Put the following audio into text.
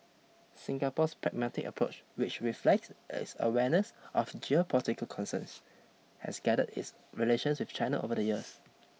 Singapore's pragmatic approach which reflects its awareness of geopolitical concerns has guided its relations with China over the years